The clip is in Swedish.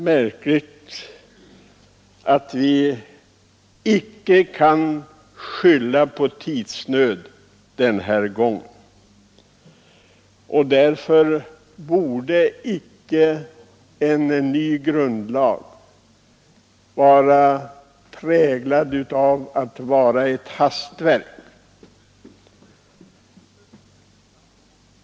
Märkligt nog kan vi icke skylla på tidsnöd den här gången. Därför borde en ny grundlag icke bära prägeln av att vara ett hastverk.